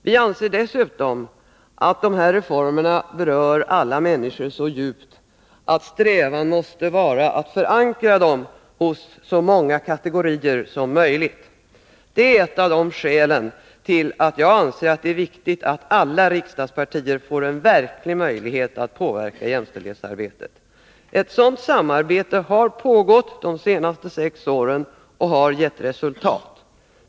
Vi anser dessutom att de här reformerna berör alla människor så djupt att strävan måste vara att förankra dem hos så många kategorier som möjligt. Det är ett av skälen till att jag anser att det är viktigt att alla riksdagspartier får en verklig möjlighet att påverka jämställdhetsarbetet. Ett sådant samarbete har pågått de senaste sex åren och har gett resultat.